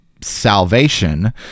salvation